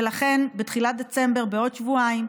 ולכן, בתחילת דצמבר, בעוד שבועיים,